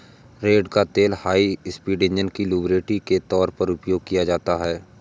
रेड़ का तेल high speed engine में लुब्रिकेंट के तौर पर उपयोग किया जाता है